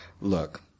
Look